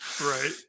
right